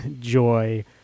joy